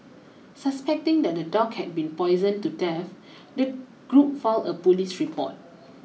suspecting that the dog had been poisoned to death the group filed a police report